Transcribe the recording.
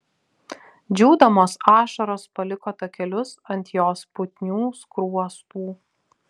džiūdamos ašaros paliko takelius ant jos putnių skruostų